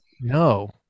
No